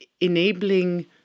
enabling